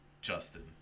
Justin